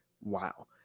wow